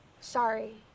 Sorry